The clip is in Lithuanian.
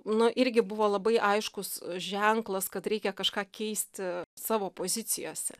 nu irgi buvo labai aiškus ženklas kad reikia kažką keisti savo pozicijose